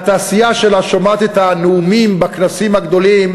והתעשייה שלה שומעת את הנאומים בכנסים הגדולים: